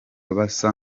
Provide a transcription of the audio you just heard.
basa